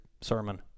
sermon